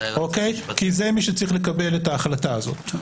כי זה מי שצריך לקבל את ההחלטה הזאת.